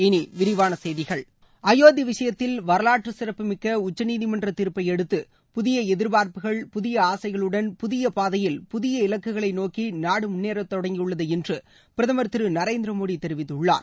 இனி விரிவான செய்திகள் அயோத்தி விஷயத்தில் வரலாற்று சிறப்புமிக்க உச்சநீதிமன்ற தீர்ப்பையடுத்து புதிய எதிர்பார்ப்புகள் புதிய ஆசைகளுடன் புதிய பாதையில் புதிய இலக்குகளை நோக்கி நாடு முன்னேற தொடங்கியுள்ளது என்று பிரதமர் திரு நரேந்திரமோடி தெரிவித்துள்ளார்